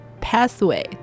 pathway